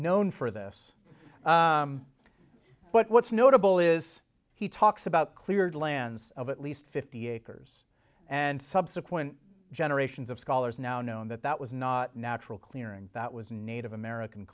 known for this but what's notable is he talks about cleared lands of at least fifty acres and subsequent generations of scholars now know that that was not natural clearing that was native american